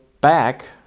back